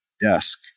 desk